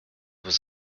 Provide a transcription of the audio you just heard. was